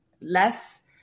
less